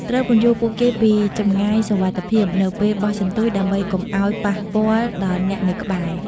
ត្រូវពន្យល់ពួកគេពី ចម្ងាយសុវត្ថិភាព នៅពេលបោះសន្ទូច ដើម្បីកុំឱ្យប៉ះពាល់ដល់អ្នកនៅក្បែរ។